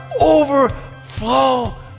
overflow